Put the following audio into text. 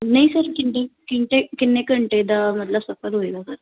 ਨਹੀਂ ਸਰ ਕਿੱਡੀ ਕਿੱਡੇ ਘੰਟੇ ਕਿੰਨੇ ਘੰਟੇ ਦਾ ਮਤਲਬ ਸਫ਼ਰ ਹੋਵੇਗਾ